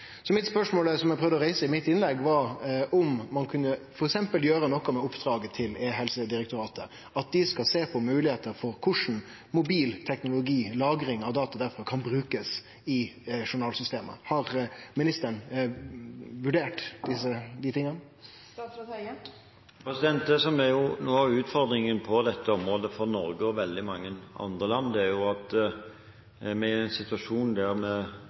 Mitt spørsmål, som eg forsøkte å reise i innlegget mitt, var om ein f.eks. kunne gjere noko med oppdraget til e-helsedirektoratet, at dei skal sjå på moglegheiter for korleis mobil teknologi, lagring av data derifrå, kan brukast i journalsystema. Har ministeren vurdert dei tinga? Det som er noe av utfordringen på dette området, for Norge og veldig mange andre land, er at vi er i en situasjon der